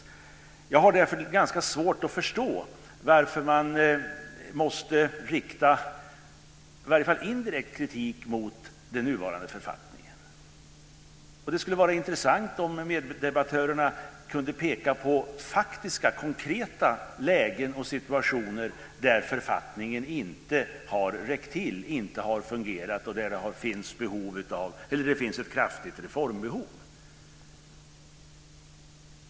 Jag har därför ganska svårt att förstå varför man måste rikta i varje fall indirekt kritik mot den nuvarande författningen. Det skulle vara intressant om meddebattörerna kunde peka på faktiska, konkreta lägen och situationer där författningen inte har räckt till och inte fungerat, och där det finns ett kraftigt reformbehov.